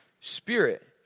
Spirit